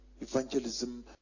evangelism